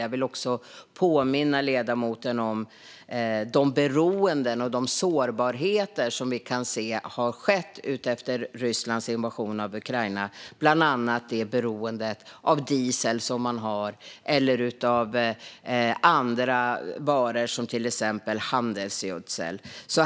Jag vill också påminna ledamoten om de beroenden och de sårbarheter som vi har kunnat se efter Rysslands invasion av Ukraina, bland annat beroendet av diesel och andra varor, till exempel handelsgödsel.